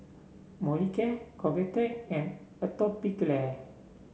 Molicare Convatec and Atopiclair